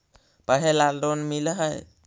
पढ़े ला लोन मिल है?